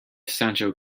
sancho